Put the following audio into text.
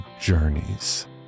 journeys